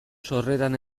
sorreran